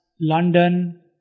London